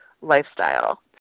lifestyle